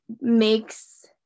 makes